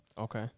Okay